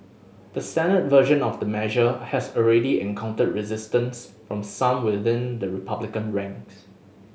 the Senate version of the measure has already encountered resistance from some within the Republican ranks